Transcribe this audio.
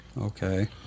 Okay